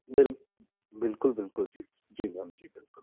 बिल्कुल बिल्कुल बिल्कुल जी जी मैम जी बिल्कुल